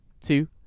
two